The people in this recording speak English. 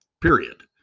period